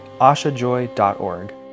ashajoy.org